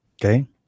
okay